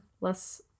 Less